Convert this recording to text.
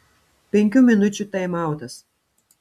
penkių minučių taimautas